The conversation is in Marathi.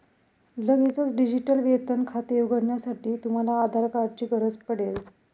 लगेचच डिजिटल वेतन खाते उघडण्यासाठी, तुम्हाला आधार कार्ड ची गरज पडेल